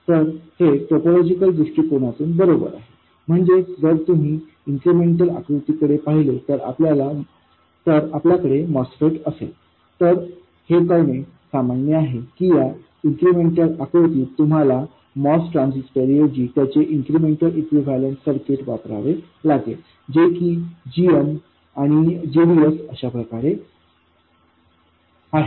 तर हे टोपोलॉजिकल दृष्टिकोनातून बरोबर आहे म्हणजेच जर तुम्ही इन्क्रिमेंटल आकृतीकडे पाहिले तर आपल्याकडे MOSFET असेल तर हे करणे सामान्य आहे की या इन्क्रिमेंटल आकृतीत तुम्हाला MOS ट्रान्झिस्टर ऐवजी त्याचे इन्क्रिमेंटल इक्विवेलेंट सर्किट वापरावे लागेल जे की gm आणि gds अशा प्रकारे आहे